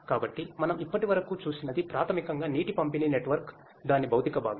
కాబట్టి మనం ఇప్పటివరకు చూసినది ప్రాథమికంగా నీటి పంపిణీ నెట్వర్క్ దాని భౌతిక భాగం